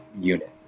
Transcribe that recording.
unit